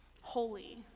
Holy